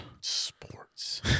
Sports